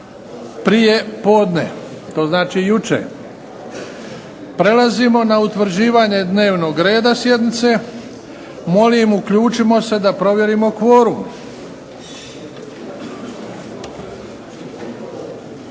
prije podne. To znači jučer. Prelazimo na utvrđivanje dnevnog reda sjednice. Molim uključimo se da provjerimo kvorum.